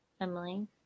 emily